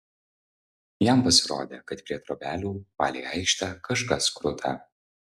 jam pasirodė kad prie trobelių palei aikštę kažkas kruta